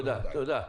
תודה, תודה.